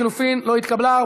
לחלופין לא התקבלה.